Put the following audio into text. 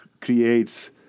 creates